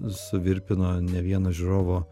suvirpino ne vieno žiūrovo